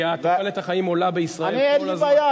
כי תוחלת החיים עולה בישראל כל הזמן,